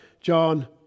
John